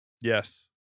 Yes